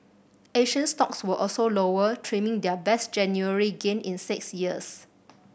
Asian stocks were also lower trimming their best January gain in six years